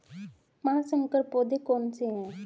पाँच संकर पौधे कौन से हैं?